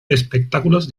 espectáculos